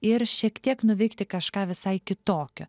ir šiek tiek nuveikti kažką visai kitokio